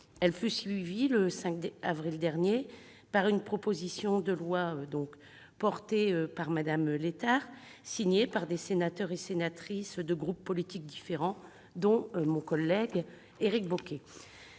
Celle-ci fut suivie le 5 avril dernier par une proposition de loi déposée sur l'initiative de Mme Létard et signée par des sénateurs et sénatrices de groupes politiques différents, dont mon collègue Éric Bocquet.